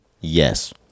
Yes